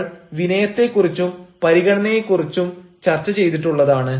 നമ്മൾ വിനയത്തെക്കുറിച്ചും പരിഗണനയെ കുറിച്ചും ചർച്ച ചെയ്തിട്ടുള്ളതാണ്